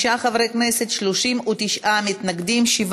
וקבוצת מרצ: חברי הכנסת זהבה גלאון,